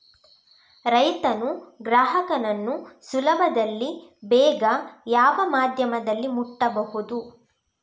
ರೈತನು ಗ್ರಾಹಕನನ್ನು ಸುಲಭದಲ್ಲಿ ಬೇಗ ಯಾವ ಮಾಧ್ಯಮದಲ್ಲಿ ಮುಟ್ಟಬಹುದು?